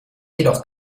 jedoch